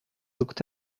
looked